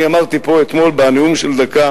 אני אמרתי פה אתמול בנאום של דקה